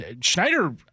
Schneider